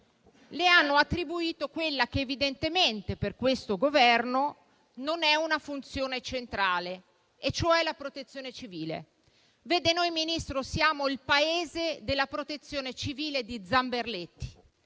al Ministro quella che evidentemente per questo Governo non è una funzione centrale e cioè la Protezione civile. Signor Ministro, siamo il Paese della Protezione civile di Zamberletti,